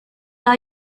are